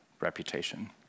reputation